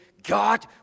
God